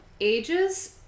ages